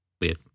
Weird